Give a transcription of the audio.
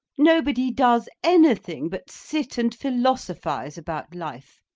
nobody does anything but sit and philosophise about life.